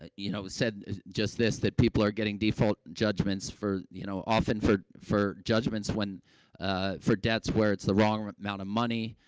ah you know, said just this, that people are getting default judgments for you know, often, for for judgments when, ah for debts where it's the wrong amount of money,